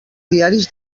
diaris